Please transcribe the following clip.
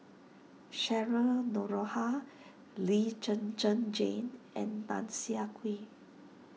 Cheryl Noronha Lee Zhen Zhen Jane and Tan Siah Kwee